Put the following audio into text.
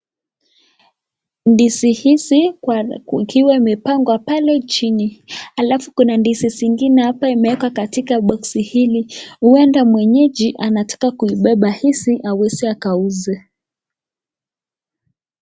Ndizi hizi kukiwa imepangwa pale chini, alafu kuna ndizi zingine hapa imewekwa katika boxi hili huenda mwenyeji anataka kuibeba hizi aweze akauze.